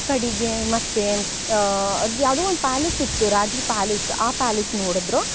ಕಡೆಗೆ ಮತ್ತು ಅದು ಯಾವುದೋ ಒಂದು ಪ್ಯಾಲೇಸ್ ಇತ್ತು ರಾಜ್ರ ಪ್ಯಾಲೇಸ್ ಆ ಪ್ಯಾಲೇಸ್ ನೋಡಿದ್ರು